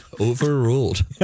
Overruled